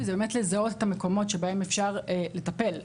זה באמת לזהות את המקומות שבהם אפשר לטפל ולמנוע,